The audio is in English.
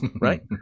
right